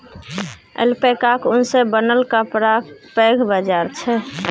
ऐल्पैकाक ऊन सँ बनल कपड़ाक पैघ बाजार छै